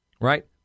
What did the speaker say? Right